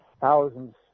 Thousands